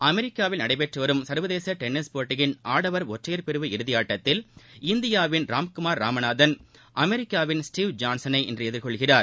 அமெரிக்காவில் நடைபெற்று வரும் சர்வதேச டென்னிஸ் போட்டியின் ஆடவர் ஒற்றயைர் பிரிவு இறுதியாட்டத்தில் இந்தியாவின் ராம்குமார் ராமநாதன் அமெரிக்காவின் ஸ்டீவ் ஜான்சனை இன்று எதிர்கொள்கிறார்